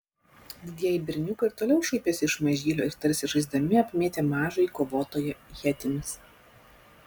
didieji berniukai ir toliau šaipėsi iš mažylio ir tarsi žaisdami apmėtė mažąjį kovotoją ietimis